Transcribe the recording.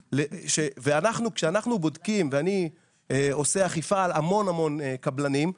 כשאנחנו בודקים, ואני עושה אכיפה על המון קבלנים,